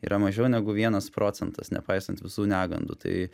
yra mažiau negu vienas procentas nepaisant visų negandų tai